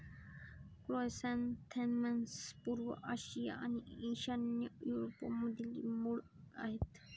chrysanthemums पूर्व आशिया आणि ईशान्य युरोपमधील मूळ आहेत